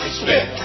spit